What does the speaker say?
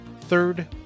third